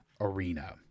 Arena